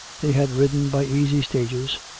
they had ridden by easy stages,